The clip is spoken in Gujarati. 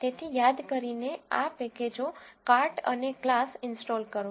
તેથી યાદ કરીને આ પેકેજો કાર્ટ અને ક્લાસ ઇન્સ્ટોલ કરો